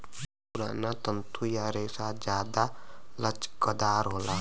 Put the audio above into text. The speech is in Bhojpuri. पुराना तंतु या रेसा जादा लचकदार होला